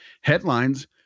headlines